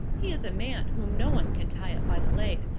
he is a man whom no one can tie up by the leg.